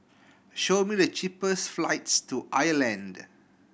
show me the cheapest flights to Ireland